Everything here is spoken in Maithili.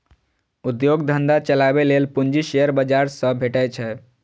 उद्योग धंधा चलाबै लेल पूंजी शेयर बाजार सं भेटै छै